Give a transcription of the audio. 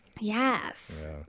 Yes